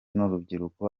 n’urubyiruko